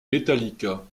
metallica